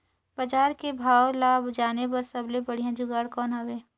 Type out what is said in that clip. बजार के भाव ला जाने बार सबले बढ़िया जुगाड़ कौन हवय?